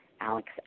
Alex